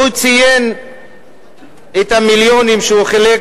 והוא ציין את המיליונים שהוא חילק